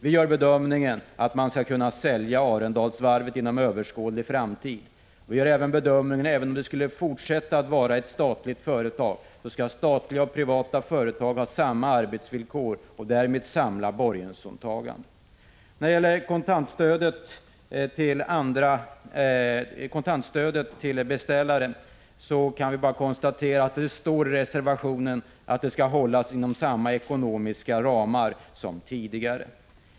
Vi gör bedömningen att man inom överskådlig framtid skall kunna sälja Arendalsvarvet. Men även om det i fortsättningen skall vara ett statligt företag, skall man ha samma arbetsvillkor och samma borgensåtagande för statliga och privata företag. När det gäller kontantstödet till beställare kan vi bara konstatera att det står i reservationen att det skall hållas inom samma ekonomiska ramar som tidigare.